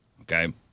Okay